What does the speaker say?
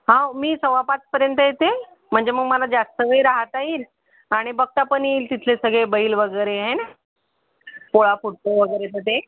हो मी सव्वापाचपर्यंत येते म्हणजे मग मला जास्त वेळ राहता येईल आणि बघता पण येईल तिथले सगळे बैल वगैरे होय ना पोळा फुटतो वगैरे तर ते